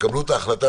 או מה שיוחלט,